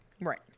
Right